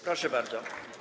Proszę bardzo.